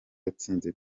yatsinze